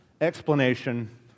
explanation